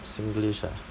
singlish ah